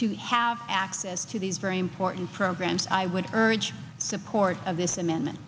to have access to these very important programs i would urge support of this amendment